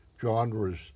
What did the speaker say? genres